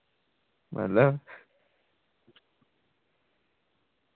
मतलब